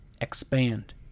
expand